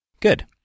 Good